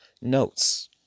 notes